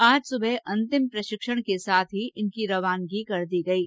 आज सुबह अंतिम प्रशिक्षण के साथ ही इनकी रवानगी कर दी गई थी